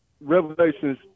Revelations